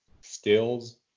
Stills